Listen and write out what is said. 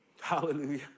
Hallelujah